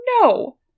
no